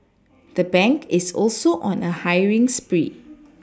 the bank is also on a hiring spree